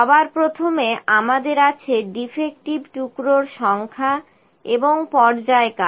সবার প্রথমে আমাদের আছে ডিফেক্টিভ টুকরোর সংখ্যা এবং পর্যায়কাল